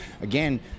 again